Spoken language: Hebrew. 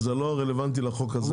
אבל זה לא רלוונטי לחוק הזה.